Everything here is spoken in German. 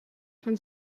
von